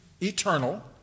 eternal